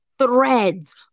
threads